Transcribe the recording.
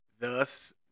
Thus